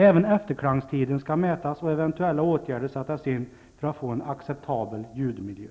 Även efterklangstiden skall mätas och eventuella åtgärder sättas in för att få en acceptabel ljudmiljö.